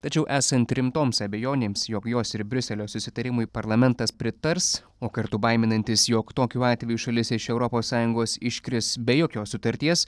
tačiau esant rimtoms abejonėms jog jos ir briuselio susitarimui parlamentas pritars o kartu baiminantis jog tokiu atveju šalis iš europos sąjungos iškris be jokios sutarties